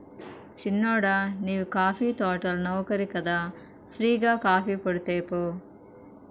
సిన్నోడా నీవు కాఫీ తోటల నౌకరి కదా ఫ్రీ గా కాఫీపొడి తేపో